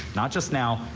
not just now,